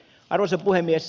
arvoisa puhemies